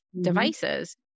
devices